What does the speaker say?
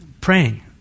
praying